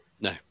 No